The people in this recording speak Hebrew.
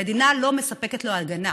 המדינה לא מספקת לו הגנה,